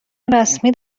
رسمی